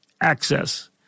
access